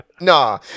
Nah